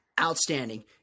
Outstanding